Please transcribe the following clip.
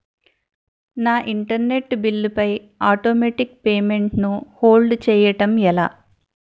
నా internet bill పై automatic payment ను హోల్డ్ చేయటం ఎలా?